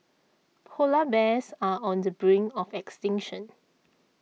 Polar Bears are on the brink of extinction